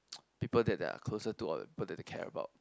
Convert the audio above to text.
people that they are closer to or people that they care about